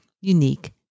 unique